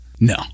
No